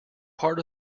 part